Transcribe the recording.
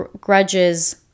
grudges